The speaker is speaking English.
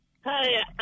Hi